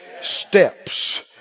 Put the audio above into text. Steps